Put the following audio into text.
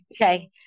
Okay